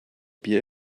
bier